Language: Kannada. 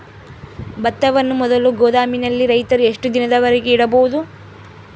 ಭತ್ತವನ್ನು ಮೊದಲು ಗೋದಾಮಿನಲ್ಲಿ ರೈತರು ಎಷ್ಟು ದಿನದವರೆಗೆ ಇಡಬಹುದು?